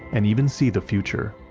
and even see the future.